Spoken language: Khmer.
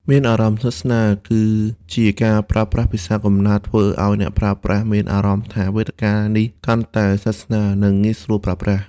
មានអារម្មណ៍ស្និទ្ធស្នាល គឹជាការប្រើប្រាស់ភាសាកំណើតធ្វើឲ្យអ្នកប្រើប្រាស់មានអារម្មណ៍ថាវេទិកានេះកាន់តែស្និទ្ធស្នាល និងងាយស្រួលប្រើប្រាស់។